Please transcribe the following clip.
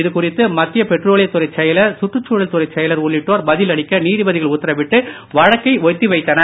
இது குறித்து மத்திய பெட்ரோலியத்துறைச் செயலர் சுற்றுச்சூழல் துறைச் செயலர் உள்ளிட்டோர் பதில் அளிக்க நீதிபதிகள் உத்தரவிட்டு வழக்கை ஒத்தி வைத்தனர்